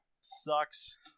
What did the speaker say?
Sucks